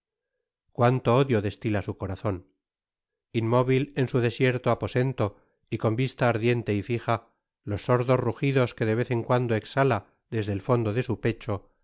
cuanto odio destila su corazon inmóvil en su desierto aposento y con vista ardiente y fija los sordos rujidos que de vez en cuando exhala desde el fondo de su pecho